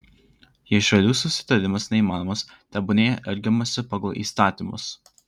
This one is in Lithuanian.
jei šalių susitarimas neįmanomas tebūnie elgiamasi pagal įstatymus